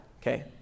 Okay